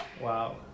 wow